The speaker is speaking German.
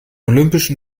olympischen